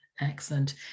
Excellent